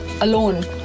alone